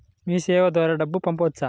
మీసేవ ద్వారా డబ్బు పంపవచ్చా?